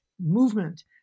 movement